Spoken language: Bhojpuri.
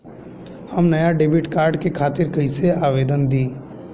हम नया डेबिट कार्ड के खातिर कइसे आवेदन दीं?